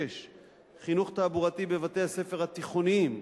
6. חינוך תעבורתי בבתי-הספר התיכוניים,